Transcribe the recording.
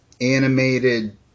animated